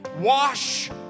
Wash